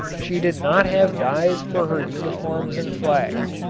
she did not have dyes for her uniforms and flags,